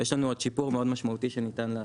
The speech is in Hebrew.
ויש לנו עוד שיפור מאוד משמעותי שניתן לעשות.